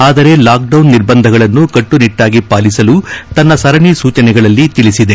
ಆದರೆ ಲಾಕ್ಡೌನ್ ನಿರ್ಬಂಧಗಳನ್ನು ಕಟ್ಪುನಿಟ್ಲಾಗಿ ಪಾಲಿಸಲು ತನ್ನ ಸರಣಿ ಸೂಚನೆಗಳಲ್ಲಿ ತಿಳಿಸಿದೆ